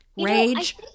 Rage